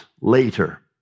later